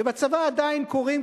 ובצבא עדיין קוראים,